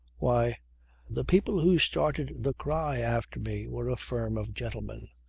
why the people who started the cry after me were a firm of gentlemen.